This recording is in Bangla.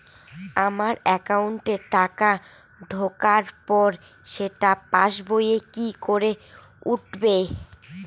আমার একাউন্টে টাকা ঢোকার পর সেটা পাসবইয়ে কি করে উঠবে?